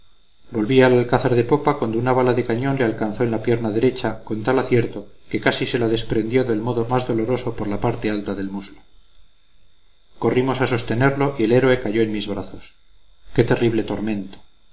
volvía al alcázar de popa cuando una bala de cañón le alcanzó en la pierna derecha con tal acierto que casi se la desprendió del modo más doloroso por la parte alta del muslo corrimos a sostenerlo y el héroe cayó en mis brazos qué terrible momento